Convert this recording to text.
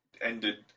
ended